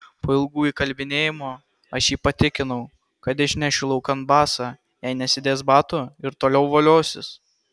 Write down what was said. po ilgų įkalbinėjimų aš jį patikinau kad išnešiu laukan basą jei nesidės batų ir toliau voliosis